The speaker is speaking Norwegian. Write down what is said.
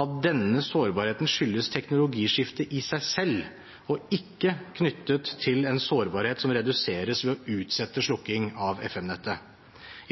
at denne sårbarheten skyldes teknologiskiftet i seg selv, og er ikke knyttet til en sårbarhet som reduseres ved å utsette slukking av FM-nettet.